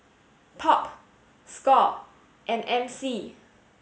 Pop Score and M C